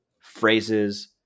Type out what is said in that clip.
phrases